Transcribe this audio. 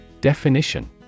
Definition